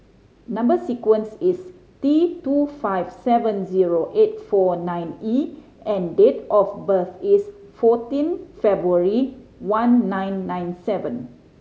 number sequence is T two five seven zero eight four nine E and date of birth is fourteen February one nine nine seven